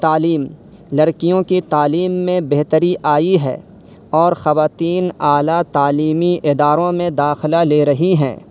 تعلیم لڑکیوں کی تعلیم میں بہتری آئی ہے اور خواتین اعلیٰ تعلیمی اداروں میں داخلہ لے رہی ہیں